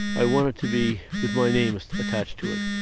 i want it to be with my name attached to it,